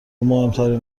مهمترین